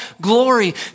glory